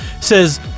says